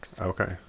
okay